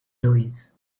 louis